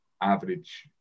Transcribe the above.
average